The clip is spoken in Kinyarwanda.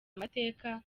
amateka